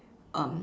um